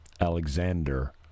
alexander